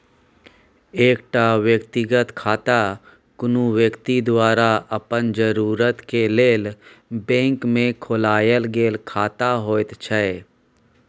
एकटा व्यक्तिगत खाता कुनु व्यक्ति द्वारा अपन जरूरत के लेल बैंक में खोलायल गेल खाता होइत छै